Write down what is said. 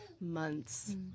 Months